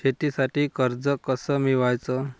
शेतीसाठी कर्ज कस मिळवाच?